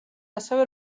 ასევე